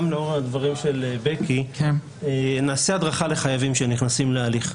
גם לאור הדברים של בקי נעשה הדרכה לחייבים שנכנסים להליך.